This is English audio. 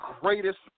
greatest